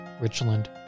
Richland